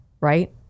right